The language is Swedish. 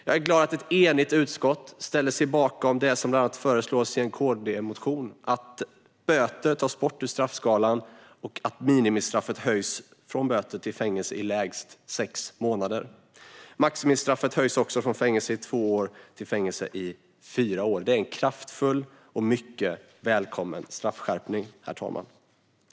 Jag är glad att ett enigt utskott ställer sig bakom det som bland annat föreslås i en KD-motion: att böter tas bort ur straffskalan och att minimistraffet höjs från böter till fängelse i lägst sex månader. Maximistraffet höjs också från fängelse i två år till fängelse i fyra år. Det är en kraftfull och mycket välkommen straffskärpning, herr talman.